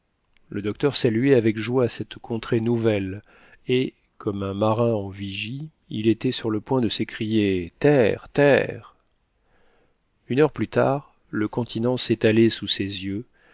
le docteur saluait avec joie cette contrée nouvelle et comme un marin en vigie il était sur le point de s'écrier terre terre une heure plus tard le continent s'étalait sous ses yeux